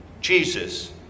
Jesus